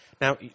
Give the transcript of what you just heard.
Now